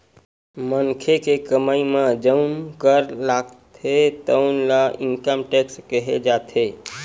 मनखे के कमई म जउन कर लागथे तउन ल इनकम टेक्स केहे जाथे